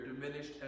diminished